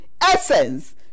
essence